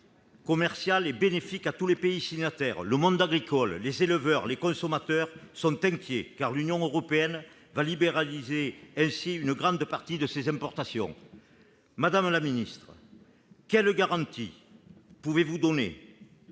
commercial est bénéfique pour tous les pays signataires, le monde agricole, les éleveurs et les consommateurs sont inquiets, car l'Union européenne va libéraliser une grande partie de ses importations. Quelles garanties pouvons-nous avoir,